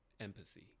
empathy